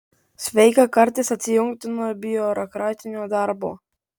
sveika kartais atsijungti nuo biurokratinio darbo